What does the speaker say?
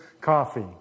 coffee